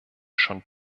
schon